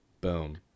boom